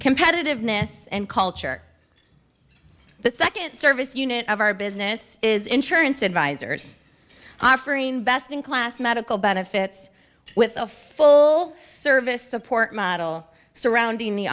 competitiveness and culture the second service unit of our business is insurance advisors offering best in class medical benefits with a full service support model surrounding the